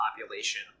population